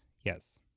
Yes